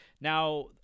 Now